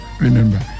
remember